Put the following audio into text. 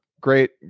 great